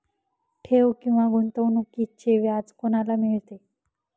ठेव किंवा गुंतवणूकीचे व्याज कोणाला मिळते?